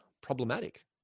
problematic